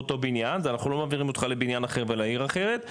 באותו בניין ואנחנו לא מעבירים אותך לבניין אחר ולעיר אחרת,